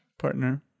partner